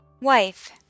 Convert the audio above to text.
wife